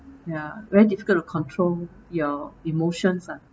ya very difficult to control your emotions lah